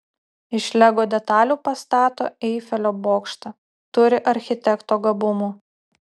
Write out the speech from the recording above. iš lego detalių pastato eifelio bokštą turi architekto gabumų